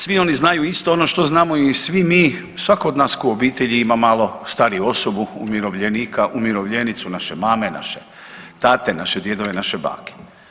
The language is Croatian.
Svi oni znaju isto ono što znamo i svi mi, svatko od nas tko u obitelji ima malo stariju osobu, umirovljenika, umirovljenicu, naše mame, naše tate, naše djedove, naše bake.